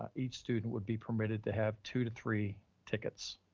ah each student would be permitted to have two to three tickets.